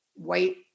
white